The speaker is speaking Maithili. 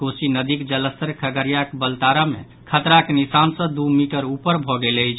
कोसी नदीक जलस्तर खगड़ियाक बलतारा मे खतराक निशान सँ दू मीटर सँ ऊपर भऽ गेल अछि